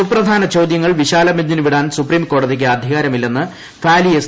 സുപ്രധാന ചോദ്യങ്ങൾ വിശാല ബഞ്ചിന് വിടാൻ സുപ്രീം കോടതിയ്ക്ക് അധികാരമില്ലെന്ന് ഫാലി എസ്